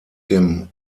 dem